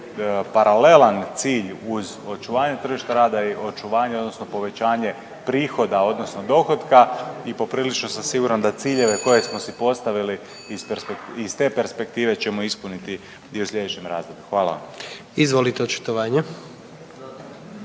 paralelan cilj uz očuvanje tržišta rada i očuvanje, odnosno povećanje prihoda, odnosno dohotka i poprilično sam siguran da ciljeve koje smo si postavili iz te perspektive ćemo ispuniti i u sljedećem razdoblju. Hvala vam. **Jandroković,